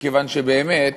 כיוון שבאמת,